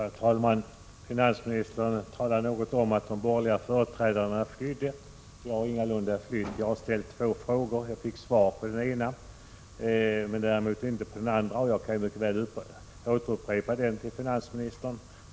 Herr talman! Finansministern sade någonting om att de borgerliga företrädarna flytt undan det hela. Jag har ingalunda flytt. Jag har ställt två frågor, och jag har fått svar på den ena, däremot inte på den andra. Jag upprepar min fråga till finansministern.